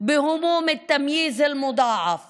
בנטל המוגבר של